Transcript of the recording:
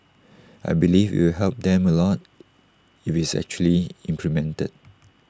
I believe IT will help them A lot if it's actually implemented